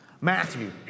Matthew